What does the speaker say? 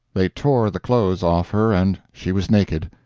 they tore the clothes off her, and she was naked.